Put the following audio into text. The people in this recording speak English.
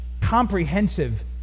comprehensive